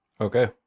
Okay